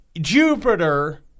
Jupiter